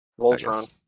Voltron